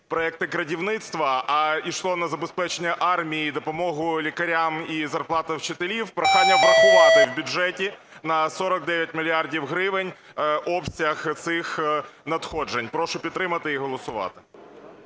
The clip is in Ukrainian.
проекти "крадівництва", а йшло на забезпечення армії, допомогу лікарям і зарплату вчителів, прохання врахувати в бюджеті на 49 мільярдів гривень обсяг цих надходжень. Прошу підтримати і голосувати.